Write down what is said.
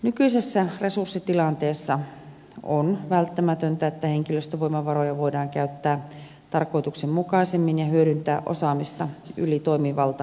nykyisessä resurssitilanteessa on välttämätöntä että henkilöstövoimavaroja voidaan käyttää tarkoituksenmukaisemmin ja hyödyntää osaamista yli toimivaltarajojen